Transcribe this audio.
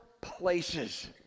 places